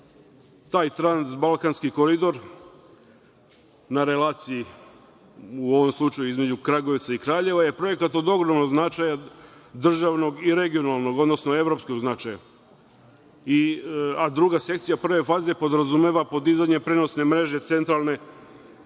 „Transbalkanski koridor“ na relaciji, u ovom slučaju, između Kragujevca i Kraljeva, je projekat od ogromnog značaja, državnog i regionalnog, odnosno evropskog značaja, a druga sekcija prve faze podrazumeva podizanje prenosne mreže centralne